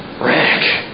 Rick